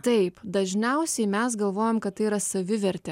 taip dažniausiai mes galvojam kad tai yra savivertė